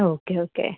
okay okay